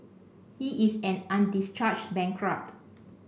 he is an undischarged bankrupt